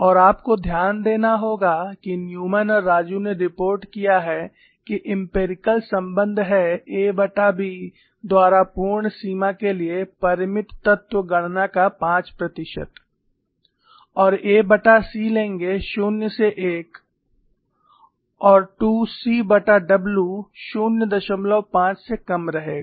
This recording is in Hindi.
और आपको ध्यान देना होगा कि न्यूमैन और राजू ने रिपोर्ट किया है कि एम्पिरिकल संबंध है aB द्वारा पूर्ण सीमा के लिए परिमित तत्व गणना का 5 प्रतिशत और ac लेंगे 0 से 1 और 2cW 05 से कम रहेगा